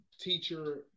teacher